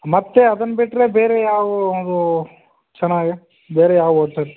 ಮತ್ತು ಅದನ್ನು ಬಿಟ್ಟರೆ ಬೇರೆ ಯಾವುವು ಚೆನ್ನಾಗಿ ಬೇರೆ ಯಾವ ಓಟೆಲ್